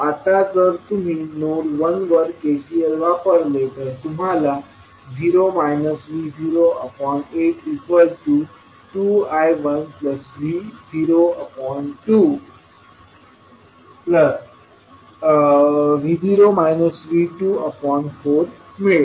आता जर तुम्ही नोड 1 वर KCL वापरले तर तुम्हाला 0 V082I1V02V0 V24 मिळेल